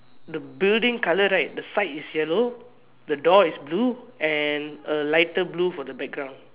the building color right the side is yellow and the door is blue and a lighter blue for the background